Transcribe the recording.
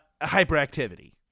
hyperactivity